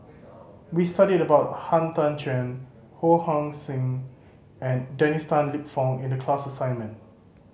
we studied about Han Tan Juan Ho Hong Sing and Dennis Tan Lip Fong in the class assignment